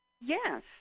Yes